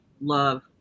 love